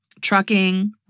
Trucking